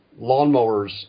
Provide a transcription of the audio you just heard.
lawnmowers